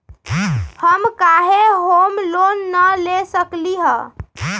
हम काहे home loan न ले सकली ह?